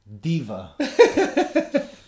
Diva